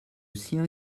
sien